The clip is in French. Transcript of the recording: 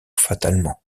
fatalement